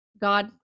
god